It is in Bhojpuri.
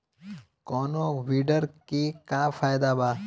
कौनो वीडर के का फायदा बा?